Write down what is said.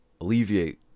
alleviate